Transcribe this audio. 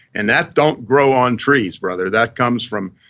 and that don't grow on trees, brother. that comes from,